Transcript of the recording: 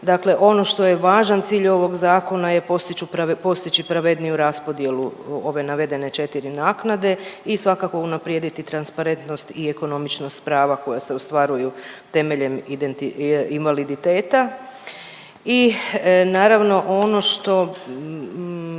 Dakle, ono što je važan cilj ovog zakona je postići pravedniju raspodjelu ove navedene četiri naknade i svakako unaprijediti transparentnost i ekonomičnost prava koja se ostvaruju temeljem invaliditeta. I naravno ono što